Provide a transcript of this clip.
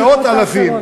הם הגיעו, מאות אלפים.